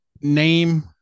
name